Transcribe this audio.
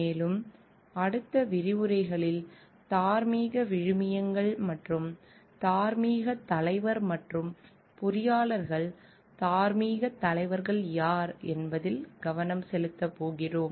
மேலும் அடுத்த விரிவுரைகளில் தார்மீக விழுமியங்கள் மற்றும் தார்மீகத் தலைவர் மற்றும் பொறியியலாளர்கள் தார்மீகத் தலைவர்கள் யார் என்பதில் கவனம் செலுத்தப் போகிறோம்